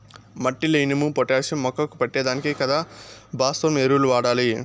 మట్టిల ఇనుము, పొటాషియం మొక్కకు పట్టే దానికి కదా భాస్వరం ఎరువులు వాడాలి